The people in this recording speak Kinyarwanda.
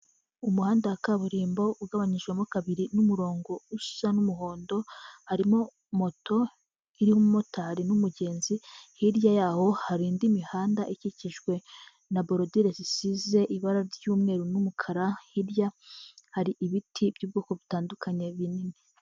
Umuhanda wa kaburimbo ugabanijwemo kabiri n'umurongo usa n'umuhondo, harimo moto iriho umumotari n'umugenzi hirya yaho hari indi mihanda ikikijwe na borodire zisize ibara ry'umweru n'umukara, hirya hari ibiti by'ubwoko butandukanye binini.